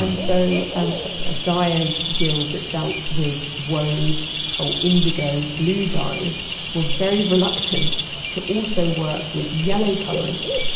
and so um ah dyers guild that dealt with woad or indigo blue dyes were very reluctant to also work with yellow colorants.